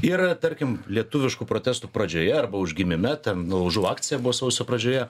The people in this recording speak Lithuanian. ir tarkim lietuviškų protestų pradžioje arba užgimime ten laužų akcija buvo sausio pradžioje